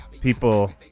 people